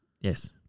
Yes